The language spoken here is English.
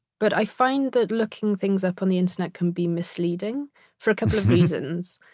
but i find that looking things up on the internet can be misleading for a couple of reasons.